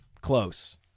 Close